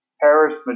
Paris